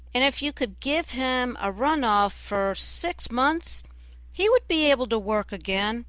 and if you could give him a run off for six months he would be able to work again